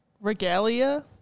regalia